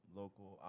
local